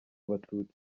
abatutsi